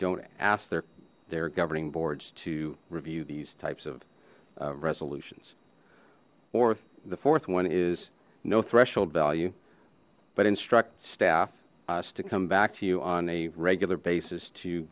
don't ask their their governing boards to review these types of resolutions or the fourth one is no threshold value but instruct staff us to come back to you on a regular basis to